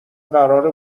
قراره